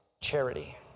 charity